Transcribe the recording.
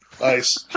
Nice